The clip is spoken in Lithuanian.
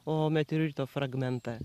o meteorito fragmentą